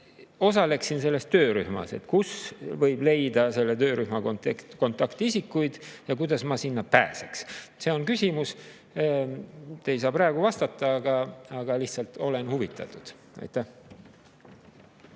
osaleksin selles töörühmas. Kust võib leida selle töörühma kontaktisikud ja kuidas ma sinna pääseks? See on küsimus. Te ei saa praegu vastata, aga lihtsalt olen huvitatud. Aitäh!